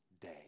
day